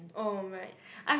oh right